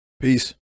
Peace